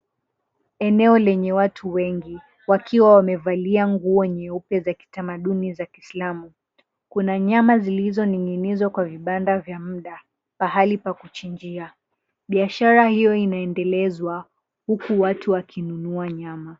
Eneo lenye watu wengi wakiwa wamevalia nguo nyeupe za kitamaduni za kiislamu. Kuna nyama zilizoning'inizwa kwa vibanda vya muda, pahali pa kuchinjia. Biashara hiyo inaendelezwa, huku watu wakinunua nyama.